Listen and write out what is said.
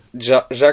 Jacques